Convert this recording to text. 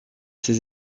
ses